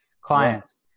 Clients